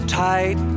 tight